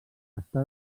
està